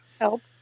help